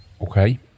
Okay